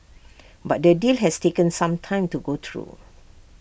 but the deal has taken some time to go through